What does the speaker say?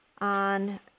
on